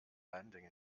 landing